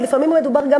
ולפעמים גם מדובר,